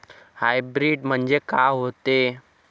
Hybrid म्हनजे का होते?